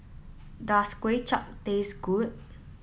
does Kway Chap taste good